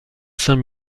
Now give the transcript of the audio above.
saint